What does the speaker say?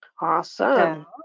Awesome